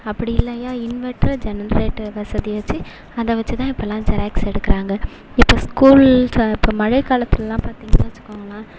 அப்படி இல்லையா inverter generator வசதி வச்சு அதை வச்சு தான் இப்போலாம் ஜெராக்ஸ் எடுக்கிறாங்க இப்போ ஸ்கூல்ஸ் இப்போ மழை காலத்துலலாம் பார்த்திங்கன்னா வச்சிக்கோங்களேன்